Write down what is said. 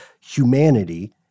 humanity